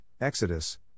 Exodus